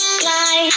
fly